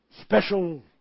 special